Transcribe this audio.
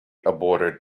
aborted